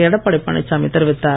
எடப்பாடி பழனிசாமி தெரிவித்தார்